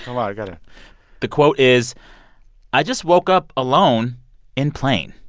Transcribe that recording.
come on, i got it the quote is i just woke up alone in plane